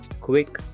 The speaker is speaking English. quick